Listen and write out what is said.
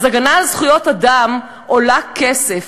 "הגנה על זכויות אדם עולה כסף,